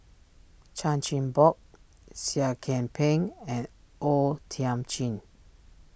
Chan Chin Bock Seah Kian Peng and O Thiam Chin